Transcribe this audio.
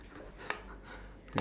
to smoke lah